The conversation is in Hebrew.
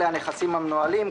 אלה הנכסים המנוהלים,